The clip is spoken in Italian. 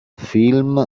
film